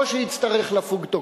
או שיצטרך לפוג תוקפו.